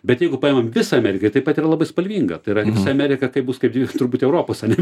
bet jeigu paimam visą ameriką ji taip pat yra labai spalvinga tai yra visa amerika kaip bus kaip dvi turbūt europos ane